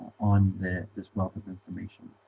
on the this wealth of information